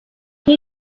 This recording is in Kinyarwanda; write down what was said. iyi